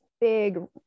big